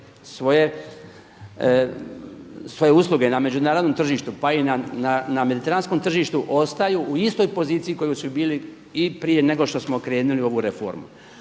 svoje usluge na međunarodnom tržištu, pa i na mediteranskom tržištu ostaju u istoj poziciji kojoj su i bili i prije nego što smo krenuli u ovu reformu.